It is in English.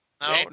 No